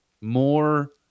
more